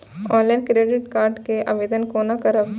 Online credit card के आवेदन कोना करब?